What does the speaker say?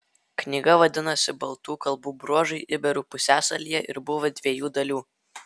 knyga vadinosi baltų kalbų bruožai iberų pusiasalyje ir buvo dviejų dalių